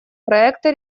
проекта